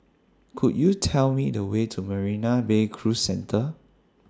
Could YOU Tell Me The Way to Marina Bay Cruise Centre